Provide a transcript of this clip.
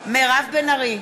ארי,